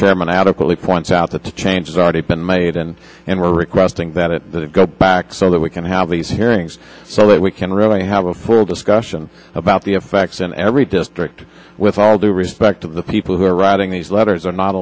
chairman adequately points out that the changes already been made and and we're requesting that it go back so that we can have these hearings so that we can really have a full discussion about the effects in every district with all due respect of the people who are writing these letters are not